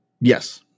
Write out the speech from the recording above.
Yes